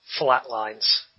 flatlines